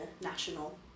national